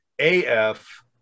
AF